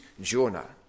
Jonah